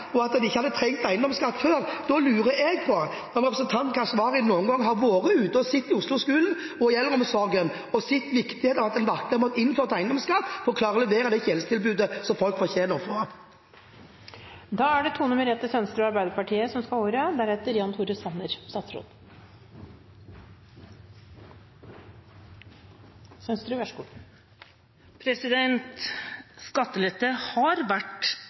og at de ikke har trengt eiendomsskatt før, lurer jeg på om representanten Keshvari noen gang har vært ute i Oslo-skolen og i eldreomsorgen og sett viktigheten av at man har innført eiendomsskatt for å klare å levere det tjenestetilbudet som folk fortjener å få. Skattelette har vært et av de største prosjektene til denne regjeringa, og de største skattekuttene har gått til dem som